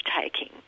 taking